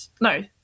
no